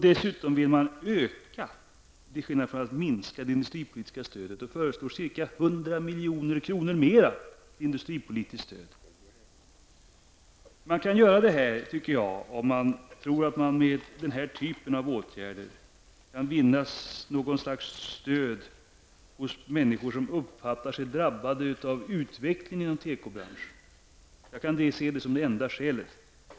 Dessutom vill man öka i stället för att minska det industripolitiska stödet -- man föreslår ca 100 milj.kr. mer i industripolitiskt stöd. Man kan göra detta om man tror att man med den här typen av åtgärder kan vinna något slags stöd hos människor som anser sig drabbade av utvecklingen inom tekobranschen. Det är det enda skälet som jag kan förstå.